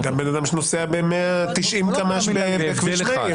גם בן אדם שנוסע ב-190 קמ"ש בכביש בגין,